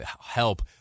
help